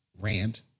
rant